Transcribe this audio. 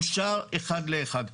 אושר אחד לאחד.